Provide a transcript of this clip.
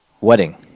Wedding